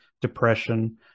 depression